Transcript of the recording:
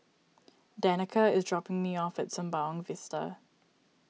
Danica is dropping me off at Sembawang Vista